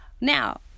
Now